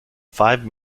five